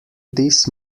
this